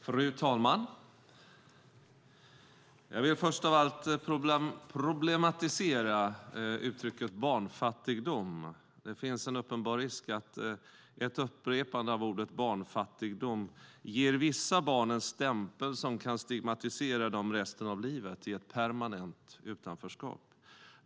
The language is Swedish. Fru talman! Jag vill först av allt problematisera uttrycket "barnfattigdom". Det finns en uppenbar risk att ett upprepande av ordet "barnfattigdom" ger vissa barn en stämpel som kan stigmatisera dem för resten av livet i ett permanent utanförskap.